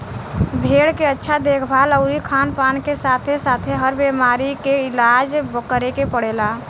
भेड़ के अच्छा देखभाल अउरी खानपान के साथे साथे, बर बीमारी के इलाज करे के पड़ेला